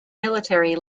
military